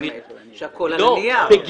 שהכול על הנייר.